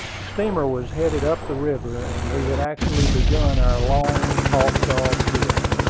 the steamer was headed up the river, and we had actually begun our long-talked-of trip.